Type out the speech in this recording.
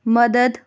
مدد